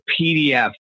PDF